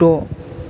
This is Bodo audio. द'